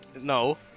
No